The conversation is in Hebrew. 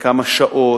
כמה שעות?